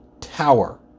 tower